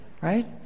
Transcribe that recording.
right